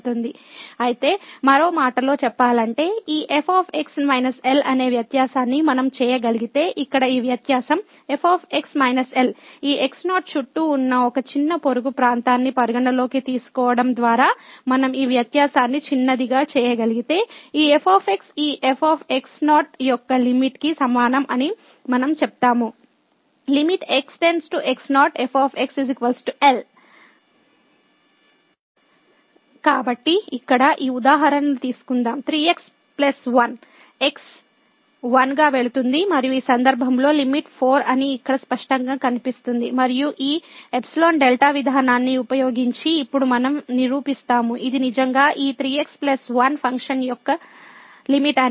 అయితే మరో మాటలో చెప్పాలంటే ఈ f L అనే వ్యత్యాసాన్ని మనం చేయగలిగితే ఇక్కడ ఈ వ్యత్యాసం f L ఈ x0 చుట్టూ ఉన్న ఒక చిన్న పొరుగు ప్రాంతాన్ని పరిగణనలోకి తీసుకోవడం ద్వారా మనం ఈ వ్యత్యాసాన్ని చిన్నదిగా చేయగలిగితే ఈ f ఈ f యొక్క లిమిట్ కి సమానం అని మనంచెప్తాము x x0 f L కాబట్టి ఇక్కడ ఈ ఉదాహరణను తీసుకుందాం 3x 1 x 1 గా వెళుతుంది మరియు ఈ సందర్భంలో లిమిట్ 4 అని ఇక్కడ స్పష్టంగా కనిపిస్తుంది మరియు ఈ ϵδ విధానాన్ని ఉపయోగించి ఇప్పుడు మనం నిరూపిస్తాము ఇది నిజంగా ఈ 3x 1 ఫంక్షన్ యొక్క లిమిట్ అని